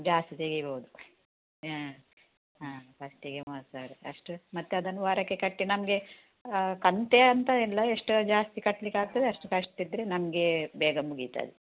ಜಾಸ್ತಿ ತೆಗಿಬೋದು ಹಾಂ ಹಾಂ ಫಸ್ಟಿಗೆ ಮೂವತ್ತು ಸಾವಿರ ಅಷ್ಟು ಮತ್ತೆ ಅದನ್ನು ವಾರಕ್ಕೆ ಕಟ್ಟಿ ನಮಗೆ ಕಂತು ಅಂತ ಇಲ್ಲ ಎಷ್ಟು ಜಾಸ್ತಿ ಕಟ್ಲಿಕ್ಕೆ ಆಗುತ್ತದೆ ಅಷ್ಟು ಕಟ್ಟಿದ್ರೆ ನಮಗೇ ಬೇಗ ಮುಗಿತದೆ